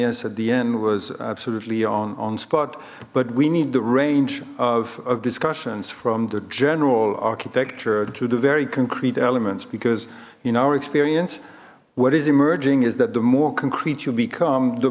pioneers at the end was absolutely on on spot but we need the range of discussions from the general architecture to the very concrete elements because in our experience what is emerging is that the more concrete you become the